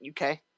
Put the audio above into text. UK